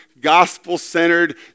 gospel-centered